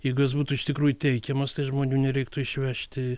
jeigu jos būtų iš tikrųjų teikiamos tai žmonių nereiktų išvežti